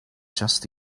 just